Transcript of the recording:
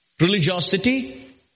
religiosity